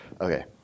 okay